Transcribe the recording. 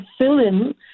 fill-in